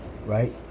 Right